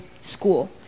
school